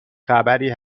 خبری